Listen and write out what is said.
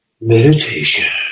meditation